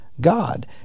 God